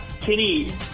Kenny